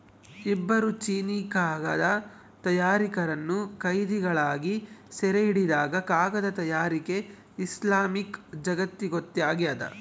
ಇಬ್ಬರು ಚೀನೀಕಾಗದ ತಯಾರಕರನ್ನು ಕೈದಿಗಳಾಗಿ ಸೆರೆಹಿಡಿದಾಗ ಕಾಗದ ತಯಾರಿಕೆ ಇಸ್ಲಾಮಿಕ್ ಜಗತ್ತಿಗೊತ್ತಾಗ್ಯದ